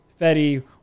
Fetty